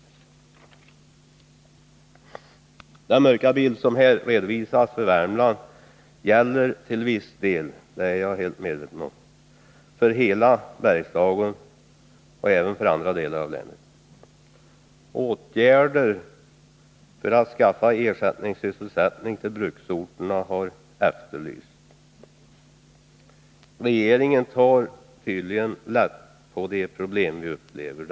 Jag vill tillägga att den mörka bild som här redovisats för Värmland till viss del gäller — det är jag fullt medveten om — för hela Bergslagen och även för andra delar av landet. Åtgärder för att skaffa ersättningssysselsättning till bruksorterna har efterlysts. Regeringen tar tydligen lätt på de här problemen.